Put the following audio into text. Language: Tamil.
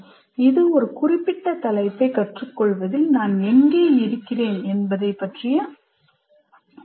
"இது ஒரு குறிப்பிட்ட தலைப்பை கற்றுக்கொள்வதில் நான் எங்கே இருக்கிறேன் என்பதைப் பற்றிய கண்காணிப்பு ஆகும்"